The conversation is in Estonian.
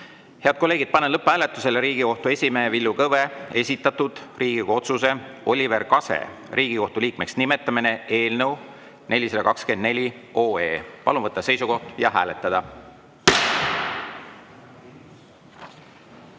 kolleegid, panen lõpphääletusele Riigikohtu esimehe Villu Kõve esitatud Riigikogu otsuse "Oliver Kase Riigikohtu liikmeks nimetamine" eelnõu 424. Palun võtta seisukoht ja hääletada!